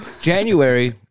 January